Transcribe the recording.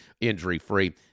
injury-free